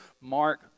Mark